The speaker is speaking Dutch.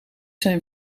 zijn